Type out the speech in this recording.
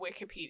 Wikipedia